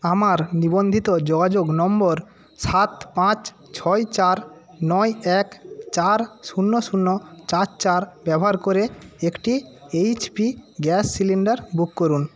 আমার নিবন্ধিত যোগাযোগ নম্বর সাত পাঁচ ছয় চার নয় এক চার শূন্য শূন্য চার চার ব্যবহার করে একটি এইচপি গ্যাস সিলিন্ডার বুক করুন